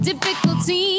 difficulty